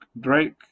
Drake